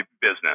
business